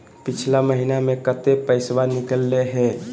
पिछला महिना मे कते पैसबा निकले हैं?